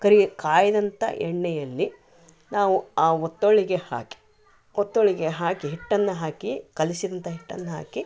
ಕರಿ ಕಾಯಿದಂಥ ಎಣ್ಣೆಯಲ್ಲಿ ನಾವು ಆ ಒತ್ತೊಳ್ಳಿಗೆ ಹಾಕಿ ಒತ್ತೊಳ್ಳಿಗೆ ಹಾಕಿ ಹಿಟ್ಟನ್ನ ಹಾಕಿ ಕಲಿಸಿದಂಥ ಹಿಟ್ಟನ್ನು ಹಾಕಿ